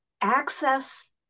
access